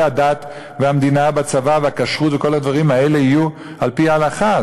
הדת והמדינה בצבא והכשרות וכל הדברים האלה יהיו על-פי ההלכה.